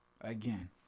again